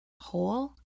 whole